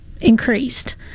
increased –